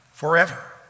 forever